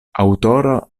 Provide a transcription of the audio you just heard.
aŭtoro